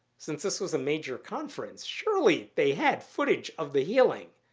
since this was a major conference, surely they had footage of the healing.